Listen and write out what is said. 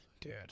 Dude